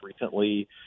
recently